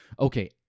okay